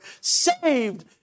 saved